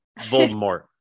Voldemort